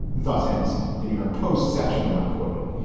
thus ends the new york post section of my quoting,